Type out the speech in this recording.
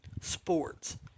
Sports